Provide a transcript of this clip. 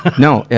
no, yeah